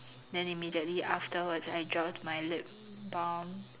then immediately afterwards I dropped my lip balm